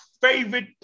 favorite